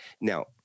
now